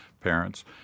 parents